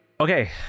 Okay